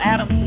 Adam